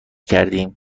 کردیم